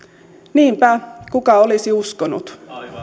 niinpä kuka olisi uskonut